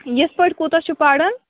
یِتھ پٲٹھۍ کوٗتاہ چھُ پَران